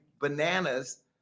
bananas